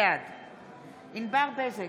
בעד ענבר בזק,